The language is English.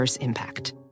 impact